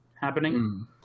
happening